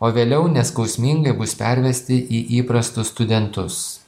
o vėliau neskausmingai bus pervesti į įprastus studentus